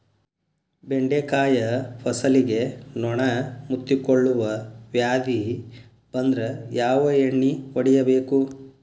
ಬೆಂಡೆಕಾಯ ಫಸಲಿಗೆ ನೊಣ ಮುತ್ತಿಕೊಳ್ಳುವ ವ್ಯಾಧಿ ಬಂದ್ರ ಯಾವ ಎಣ್ಣಿ ಹೊಡಿಯಬೇಕು?